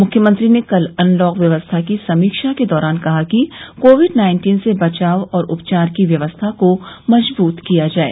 मुख्यमंत्री ने कल अनलॉक व्यवस्था की समीक्षा के दौरान कहा कि कोविड नाइन्टीन से बचाव और उपचार की व्यवस्था को मजबूत किया जाय